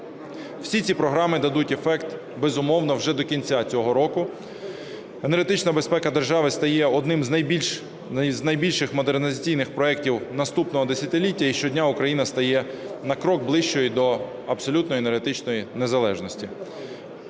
Всі ці програми дадуть ефект, безумовно, вже до кінця цього року. Енергетична безпека держави стає одним з найбільших модернізаційних проектів наступного десятиліття, і щодня Україна стає на крок ближчою до абсолютної енергетичної незалежності.